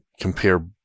compare